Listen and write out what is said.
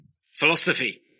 Philosophy